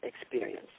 experience